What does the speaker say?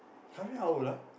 Shafiq how old ah